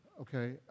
okay